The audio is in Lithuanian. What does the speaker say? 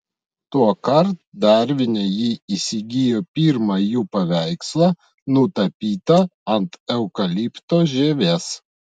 tuokart darvine ji įsigijo pirmą jų paveikslą nutapytą ant eukalipto žievės